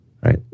Right